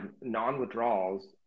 non-withdrawals